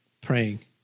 praying